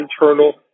internal